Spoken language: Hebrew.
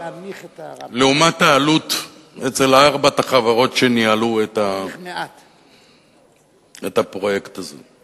לעומת העלות אצל ארבע החברות שניהלו את הפרויקט הזה.